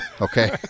Okay